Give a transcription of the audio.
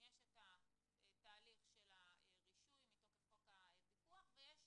את סעיף 9 משרד רוה"מ ביקש למחוק כיוון שהם